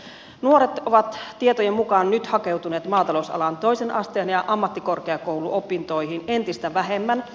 nuoret ovat tietojen mukaan nyt hakeutuneet maatalousalan toisen asteen ja ammattikorkeakouluopintoihin entistä vähemmän